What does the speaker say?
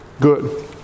good